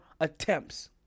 attempts